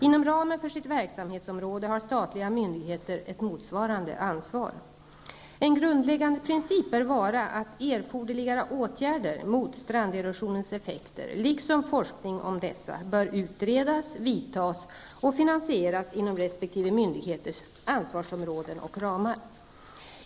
Inom ramen för sitt verksamhetsområde har statliga myndigheter ett motsvarande ansvar. En grundläggande princip bör vara att erforderliga åtgärder mot stranderosionens effekter, likson forskning om dessa, bör utredas, vidtas och finansieras inom resp. myndigheters ansvarsområden och ramar.